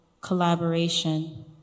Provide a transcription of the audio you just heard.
collaboration